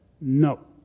No